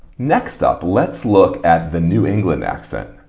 next up let's look at the new england accent.